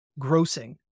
grossing